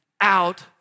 out